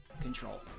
Control